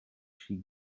she